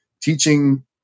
teaching